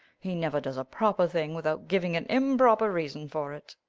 he never does a proper thing without giving an improper reason for it.